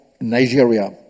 Nigeria